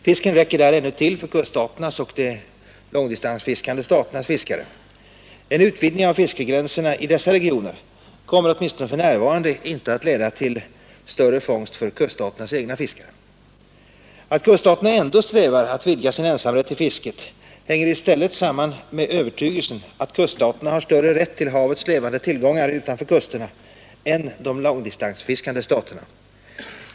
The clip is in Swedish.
Fisken räcke dä ännu till för kuststaternas och de långdistansfiskande staternas fiskare. En utvidgning av fiskegränserna i dessa regioner kommer åtminstone för närvarande inte att leda till större fångst för kuststaternas egna fiskare. Att kuststaterna ändå strävar att vidga sin ensamrätt till fisket hänger i stället samman med övertygelsen att kuststaterna har större rätt till havets levande tillgångar utanför kusterna än de långdistansfiskande staterna.